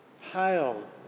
Hail